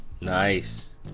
Nice